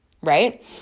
right